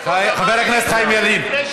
חבר הכנסת חיים ילין,